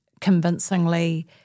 convincingly